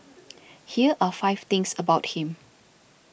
here are five things about him